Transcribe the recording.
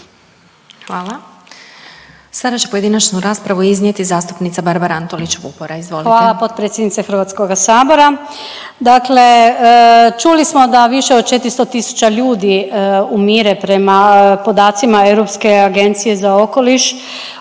Hvala. Sada će pojedinačnu raspravu iznijeti zastupnica Barbara Antolić-Vupora, izvolite. **Antolić Vupora, Barbara (SDP)** Hvala potpredsjednice Hrvatskoga sabora. Dakle, čuli smo da više od 400 000 ljudi umire prema podacima Europske agencije za okoliš